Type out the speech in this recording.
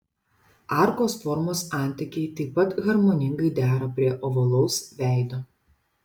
arkos formos antakiai taip pat harmoningai dera prie ovalaus veido